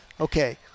okay